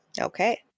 okay